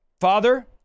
Father